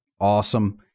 awesome